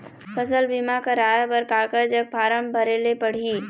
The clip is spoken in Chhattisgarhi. फसल बीमा कराए बर काकर जग फारम भरेले पड़ही?